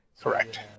Correct